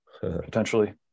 potentially